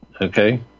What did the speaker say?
okay